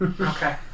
Okay